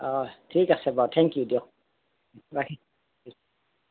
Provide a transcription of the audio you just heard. অঁ ঠিক আছে বাৰু থেংক ইউ দিয়ক ৰাখিছোঁ